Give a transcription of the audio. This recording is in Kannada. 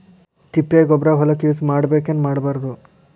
ತಿಪ್ಪಿಗೊಬ್ಬರ ಹೊಲಕ ಯೂಸ್ ಮಾಡಬೇಕೆನ್ ಮಾಡಬಾರದು?